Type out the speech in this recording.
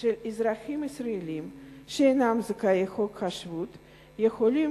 של אזרחים ישראלים שאינם זכאי חוק השבות יכולים